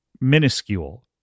Minuscule